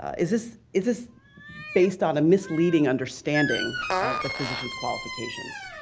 is this is this based on a misleading understanding of the physician's qualifications?